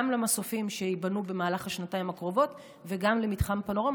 גם למסופים שייבנו במהלך השנתיים הקרובות וגם למתחם פנורמה,